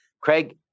Craig